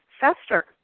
fester